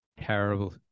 Terrible